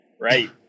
right